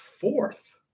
fourth